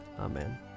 Amen